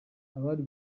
abari